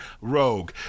Rogue